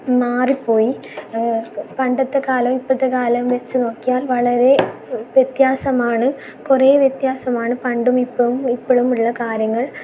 മാറിപ്പോയി പണ്ടത്തേക്കാലവും ഇപ്പത്തെക്കാലോം വച്ച് നോക്കിയാൽ വളരെ വ്യത്യാസമാണ് കുറേ വ്യത്യാസമാണ് പണ്ടും ഇപ്പവും ഇപ്പോഴും ഉള്ള കാര്യങ്ങൾ